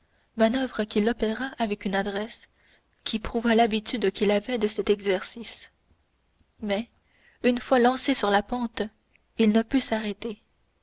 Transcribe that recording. manoeuvre qu'il opéra avec une adresse qui prouva l'habitude qu'il avait de cet exercice mais une fois lancé sur la pente il ne put s'arrêter